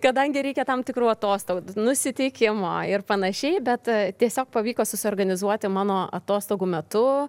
kadangi reikia tam tikrų atostogų nusiteikimo ir panašiai bet tiesiog pavyko susiorganizuoti mano atostogų metu